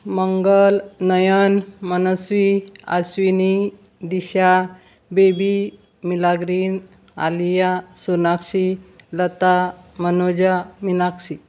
Mangal Nayan Manasvi Ashwini Disha Baby Milagrin Alia Sonakshi Lata Manoja Meenakshi